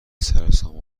سرسام